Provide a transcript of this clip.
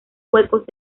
huecos